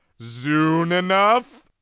zune enough?